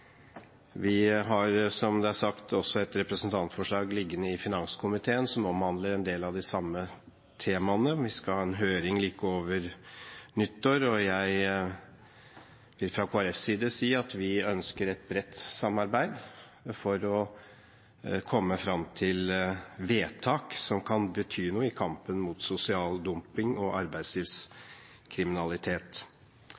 Vi har, som det er sagt, også et representantforslag liggende i finanskomiteen som omhandler en del av de samme temaene. Vi skal ha en høring like over nyttår, og jeg vil fra Kristelig Folkepartis side si at vi ønsker et bredt samarbeid for å komme fram til vedtak som kan bety noe i kampen mot sosial dumping og